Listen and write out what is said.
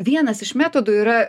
vienas iš metodų yra